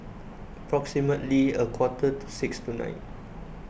approximately a quarter to six tonight